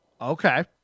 Okay